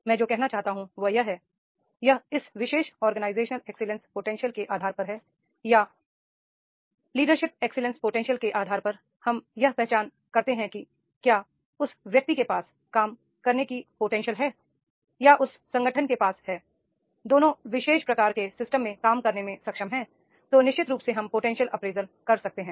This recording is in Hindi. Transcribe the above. मैं जो कहना चाहता हूं वह यह है यह इस विशेष ऑर्गेनाइजेशन एक्सीलेंस पोटेंशियल के आधार पर है या लीडरशिप एक्सीलेंस पोटेंशियल के आधार पर हम यह पहचान सकते हैं कि क्या उस व्यक्ति के पास काम करने की पोटेंशियल है या उस संगठन के पास हैI दोनों विशेष प्रकार के सिस्टम में काम करने में सक्षम हैं तो निश्चित रूप से हम पोटेंशियल अप्रेजल कर सकते हैं